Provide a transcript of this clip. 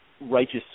righteous